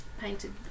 painted